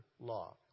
law